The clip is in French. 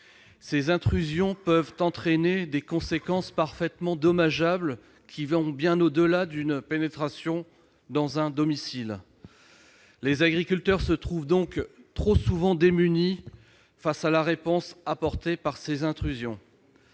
Ces intrusions peuvent avoir des conséquences parfaitement dommageables, qui vont bien au-delà d'une pénétration dans un domicile. Les agriculteurs se trouvent donc trop souvent démunis face à la réponse apportée à ces intrusions.